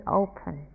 open